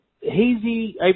hazy